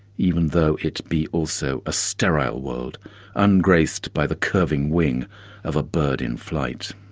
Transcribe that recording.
even though it be also a sterile world ungraced by the curving wing of a bird in flight?